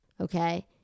Okay